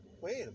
Wait